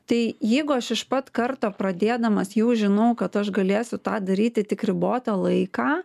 tai jeigu aš iš pat karto pradėdamas jau žinau kad aš galėsiu tą daryti tik ribotą laiką